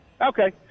Okay